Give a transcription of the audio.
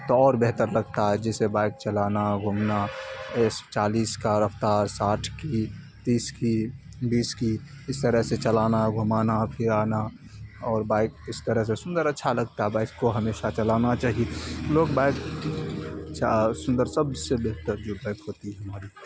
تو اور بہتر لگتا ہے جیسے بائک چلانا گھومنا چالیس کا رفتار ساٹھ کی تیس کی بیس کی اس طرح سے چلانا گھمانا پھرانا اور بائک اس طرح سے سندر اچھا لگتا ہے بائک کو ہمیشہ چلانا چہیے لوگ بائک سندر سب سے بہتر جو بائک ہوتی ہے ہماری